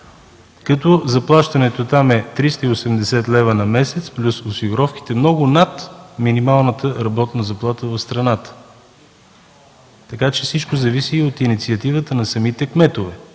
като заплащането там е 380 лв. на месец плюс осигуровките – много над минималната работна заплата за страната. Така че всичко зависи и от инициативата на самите кметове.